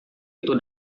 itu